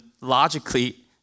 logically